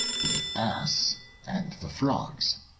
the ass and the frogs